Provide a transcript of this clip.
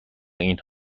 این